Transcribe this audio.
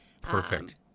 Perfect